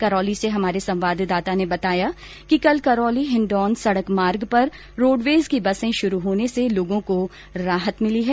करौली से हमारे संवाददाता ने बताया कि कल करौली हिण्डौन सड़क मार्ग पर रोडवेज की बसें शुरू होने से लोगों को राहत मिली है